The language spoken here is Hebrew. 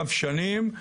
רב שנים.